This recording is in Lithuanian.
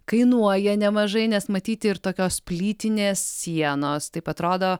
kainuoja nemažai nes matyti ir tokios plytinės sienos taip atrodo